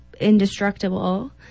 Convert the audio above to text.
indestructible